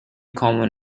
common